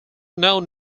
known